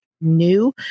New